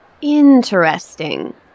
Interesting